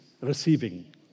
receiving